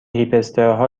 هیپسترها